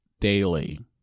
Daily